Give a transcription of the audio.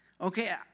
Okay